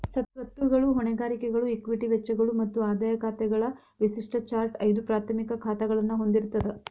ಸ್ವತ್ತುಗಳು, ಹೊಣೆಗಾರಿಕೆಗಳು, ಇಕ್ವಿಟಿ ವೆಚ್ಚಗಳು ಮತ್ತ ಆದಾಯ ಖಾತೆಗಳ ವಿಶಿಷ್ಟ ಚಾರ್ಟ್ ಐದು ಪ್ರಾಥಮಿಕ ಖಾತಾಗಳನ್ನ ಹೊಂದಿರ್ತದ